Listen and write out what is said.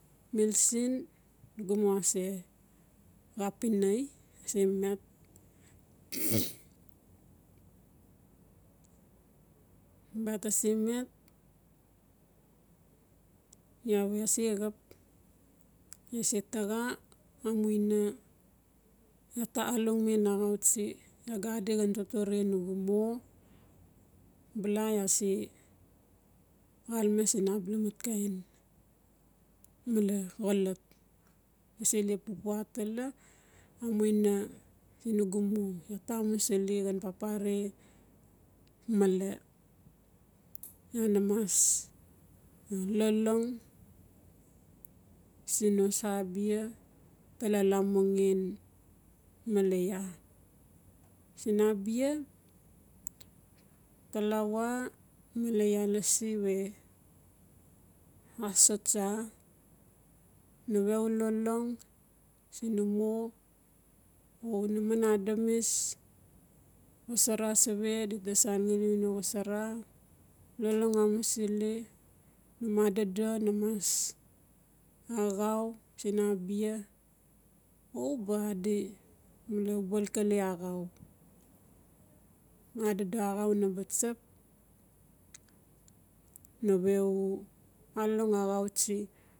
Mil siin nugu mo ase xap inai ase met bia tase met iaa we se xap iaa se taxa amuina iaa ta alongmen axau tsi iaa ga adi xan totore nugu mo. Bala iaa se xalame siin abala mat kain male xolot iaa sela pupua atala amuina siin nugu mo iaa ta amusili xan papare male iaa namas lolong siiin no sa abia lalamua ngen male iaa. Siin abia talawa male iaa lasi we aso tsa nawe u lolong sin num mo u una man adamis xosara sawe dita san ngali una xosara lolong amusili num adodo namas axau siin abia o ba adi xalkale axau. Adodo axau naba tsap nawe u alolong axau tsi.